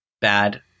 bad